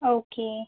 okay